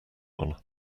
one